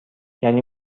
یعنی